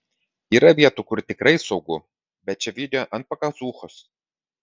yra vietų kur tikrai saugu bet čia video ant pakazuchos